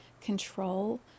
control